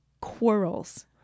quarrels